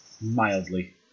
Mildly